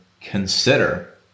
consider